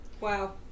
Wow